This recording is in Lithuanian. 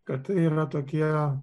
kad tai yra tokie